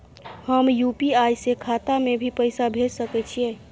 हम यु.पी.आई से खाता में भी पैसा भेज सके छियै?